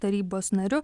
tarybos nariu